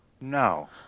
No